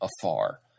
afar